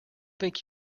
think